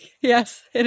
Yes